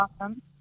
awesome